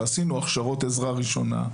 ועשינו הכשרות עזרה ראשונה.